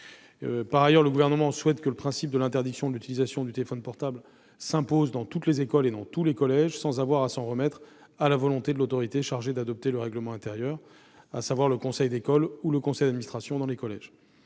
Par ailleurs, le Gouvernement souhaite que le principe de l'interdiction de l'utilisation du téléphone portable s'impose dans toutes les écoles et dans tous les collèges, sans qu'il faille s'en remettre à la volonté de l'autorité chargée d'adopter le règlement intérieur, à savoir le conseil d'école ou le conseil d'administration pour les collèges.